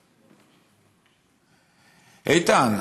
איתן,